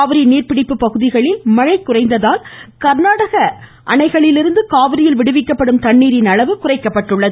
காவிரி நீர்பிடிப்பு பகுதிகளில் மழை குறைந்ததால் கா்நாடக மாநிலத்திலிருந்து காவிரியில் விடுவிக்கப்படும் தண்ணீரின் அளவு குறைக்கப்பட்டுள்ளது